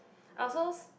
I also s~